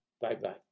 Bye-bye